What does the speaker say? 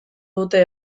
dute